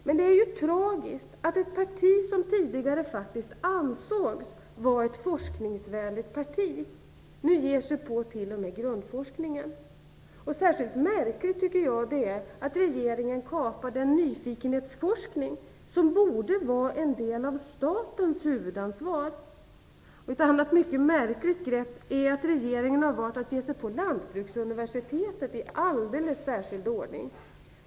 Men det är tragiskt att ett parti som tidigare faktiskt ansågs vara ett forskningsvänligt parti nu t.o.m. ger sig på grundforskningen. Särskilt märkligt tycker jag det är att regeringen kapar den "nyfikenhetsforskning" som borde vara en del av statens huvudansvar. Ett annat mycket märkligt grepp är att regeringen har valt att ge sig på Lantbruksuniversitetet i alldeles särskild ordning.